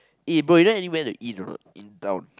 bro you know anywhere to eat or not in town